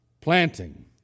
planting